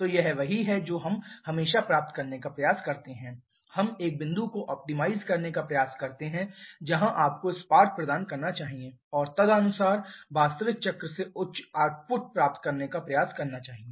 तो यह वही है जो हम हमेशा प्राप्त करने का प्रयास करते हैं हम एक बिंदु को ऑप्टिमाइज करने का प्रयास करते हैं जहां आपको स्पार्क प्रदान करना चाहिए और तदनुसार वास्तविक चक्र से उच्च आउटपुट प्राप्त करने का प्रयास करना चाहिए